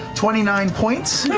twenty nine points.